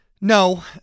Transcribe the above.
No